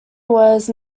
was